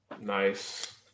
Nice